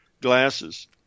glasses